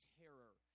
terror